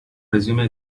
resume